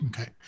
Okay